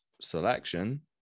selection